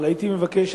אבל הייתי מבקש,